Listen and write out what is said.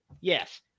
Yes